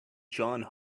johns